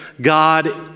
God